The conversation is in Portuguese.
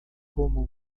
como